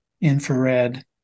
infrared